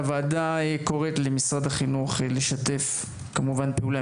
הוועדה קוראת למשרד החינוך לשתף פעולה